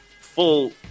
full